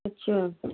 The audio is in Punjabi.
ਅੱਛਾ